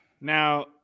now